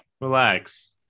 relax